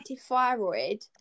thyroid